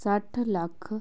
ਸੱਠ ਲੱਖ